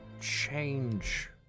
change